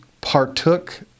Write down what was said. partook